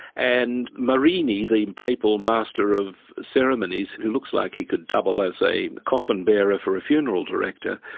and marini, the papal master of ceremonies who looks like he could double as a coffin bearer for a funeral director,